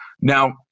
Now